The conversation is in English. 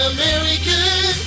American